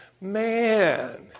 man